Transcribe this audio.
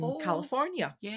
California